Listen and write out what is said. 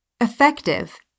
Effective